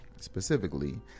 specifically